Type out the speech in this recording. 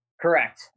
Correct